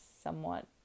somewhat